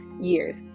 years